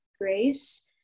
grace